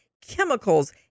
chemicals